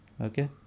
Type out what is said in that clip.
Okay